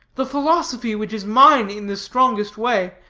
the philosophy, which is mine in the strongest way,